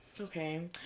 Okay